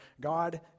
God